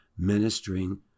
ministering